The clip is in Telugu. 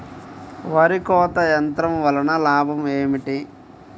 వరి కోత యంత్రం వలన లాభం ఏమిటి?